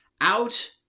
out